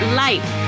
life